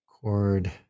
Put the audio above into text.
Chord